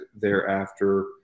thereafter